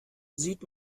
sieht